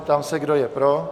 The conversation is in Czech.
Ptám se, kdo je pro?